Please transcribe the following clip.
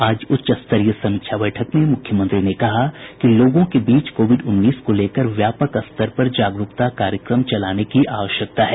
आज उच्च स्तरीय समीक्षा बैठक में मुख्यमंत्री ने कहा कि लोगों के बीच कोविड उन्नीस को लेकर व्यापक स्तर पर जागरूकता कार्यक्रम चलाने की आवश्यकता है